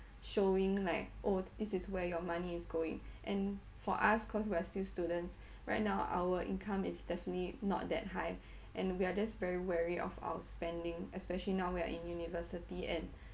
showing like oh this is where your money is going and for us cause we're still students right now our income is definitely not that high and we are just very wary of our spending especially now we are in university and